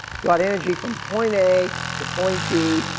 got energy from point a to point b,